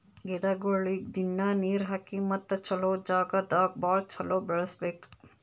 ಗಿಡಗೊಳಿಗ್ ದಿನ್ನಾ ನೀರ್ ಹಾಕಿ ಮತ್ತ ಚಲೋ ಜಾಗ್ ದಾಗ್ ಭಾಳ ಚಲೋ ಬೆಳಸಬೇಕು